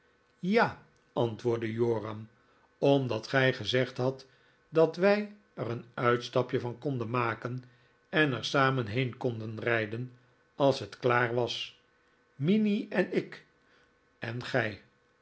ja antwoordde joram omdat gij gezegd hadt dat wij er een uitstapje van konden maken en er samen heen konden rijden als het klaar was minnie en ik en gij